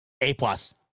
A-plus